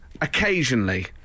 occasionally